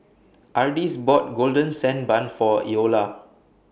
Ardis bought Golden Sand Bun For Eola